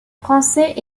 français